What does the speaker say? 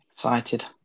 Excited